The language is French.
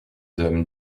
hommes